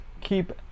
keep